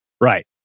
Right